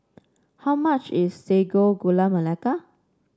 how much is Sago Gula Melaka